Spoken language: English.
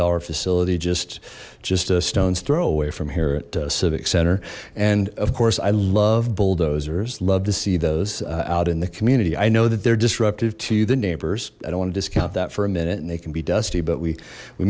dollar facility just just a stone's throw away from here at civic center and of course i love bulldozers love to see those out in the community i know that they're disruptive to the neighbors i don't want to discount that for a minute and they can be dusty but we